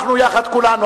אנחנו יחד כולנו.